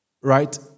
right